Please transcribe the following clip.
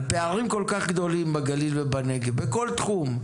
על פערים כל כך גדולים בגליל ובנגב בכל תחום,